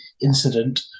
incident